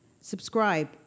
Subscribe